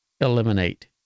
eliminate